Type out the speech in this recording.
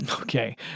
Okay